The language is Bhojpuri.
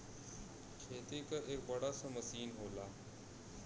खेती क एक बड़ा सा मसीन होला